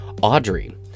Audrey